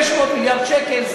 500 מיליארד שקל,